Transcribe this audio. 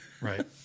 right